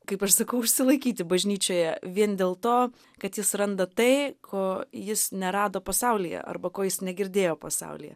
kaip aš sakau užsilaikyti bažnyčioje vien dėl to kad jis randa tai ko jis nerado pasaulyje arba ko jis negirdėjo pasaulyje